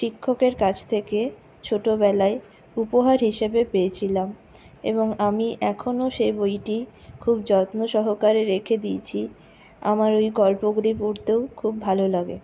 শিক্ষকের কাছ থেকে ছোটোবেলায় উপহার হিসেবে পেয়েছিলাম এবং আমি এখনো সেই বইটি খুব যত্ন সহকারে রেখে দিয়েছি আমার ওই গল্পগুলি পড়তেও খুব ভালো লাগে